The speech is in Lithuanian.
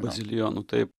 bazilijonų taip